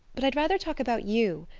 but i'd rather talk about you,